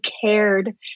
cared